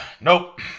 nope